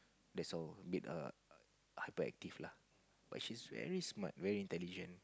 that's all bit err hyperactive lah but she's very smart very intelligent